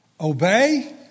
Obey